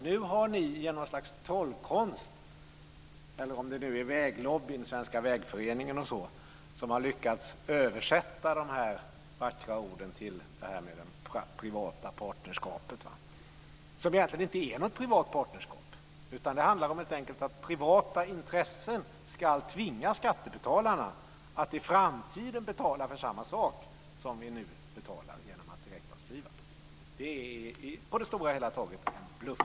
Nu har ni genom någon slags trollkonst - eller om det är genom väglobbyn, Svenska vägföreningen osv. - lyckats översätta de här vackra orden till det här med privat partnerskap. Det är ju egentligen inte något privat partnerskap, utan det handlar helt enkelt om att privata intressen ska tvinga skattebetalarna att i framtiden betala för samma sak som vi nu betalar genom att direktavskriva. Det är på det stora hela taget en bluff!